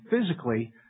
physically